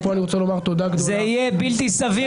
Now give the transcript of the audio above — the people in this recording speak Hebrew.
ופה אני רוצה לומר תודה גדולה --- זה יהיה בלתי סביר